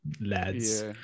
lads